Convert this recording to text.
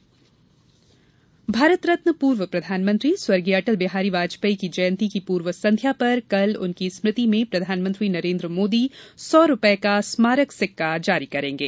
अटल स्मृति भारतरत्न पूर्व प्रधानमंत्री अटल बिहारी वाजपेयी की जयंती की पूर्व संध्या पर कल उनकी स्मृति में प्रधानमंत्री नरेंद्र मोदी सौ रुपये का स्मारक सिक्का जारी करेंगे